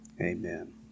Amen